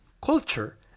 culture